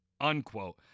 unquote